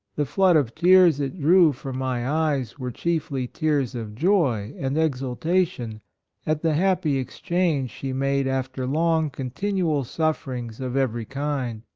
the flood of tears it drew from my eyes were chiefly tears of joy and exul tation at the happy exchange she made after long continual suffer ings of every kind.